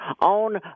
on